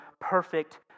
perfect